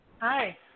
Hi